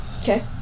Okay